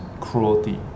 cruelty